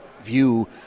view